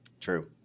true